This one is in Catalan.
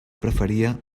preferia